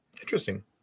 Interesting